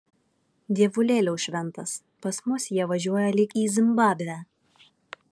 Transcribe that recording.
dievulėliau šventas pas mus jie važiuoja lyg į zimbabvę